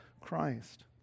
Christ